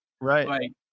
Right